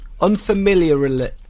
Unfamiliarly